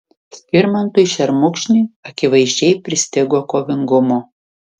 skirmantui šermukšniui akivaizdžiai pristigo kovingumo